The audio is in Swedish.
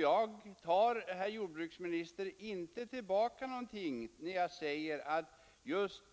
Jag tar, herr jordbruksminister, inte tillbaka något när jag säger att